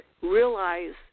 realize